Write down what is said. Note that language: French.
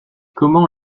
comment